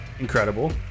Incredible